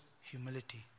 humility